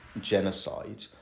genocide